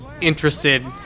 interested